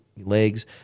legs